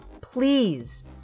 please